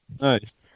Nice